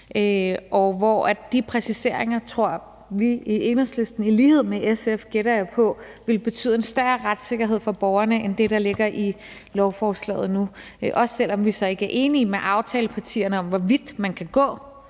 og hvor de præciseringer, tror vi i Enhedslisten – i lighed med SF, gætter jeg på – vil betyde en større retssikkerhed for borgerne end det, der ligger i lovforslaget nu. Også selv om vi så ikke er enige med aftalepartierne om, hvor vidt man kan gå